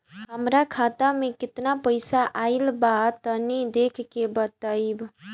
हमार खाता मे केतना पईसा आइल बा तनि देख के बतईब?